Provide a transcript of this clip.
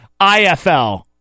IFL